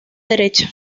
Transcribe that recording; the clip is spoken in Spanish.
derecha